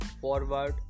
forward